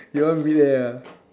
you one mid air ah